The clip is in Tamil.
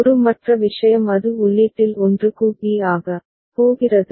ஒரு மற்ற விஷயம் அது உள்ளீட்டில் 1 க்கு b ஆக போகிறது